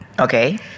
Okay